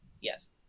Yes